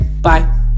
Bye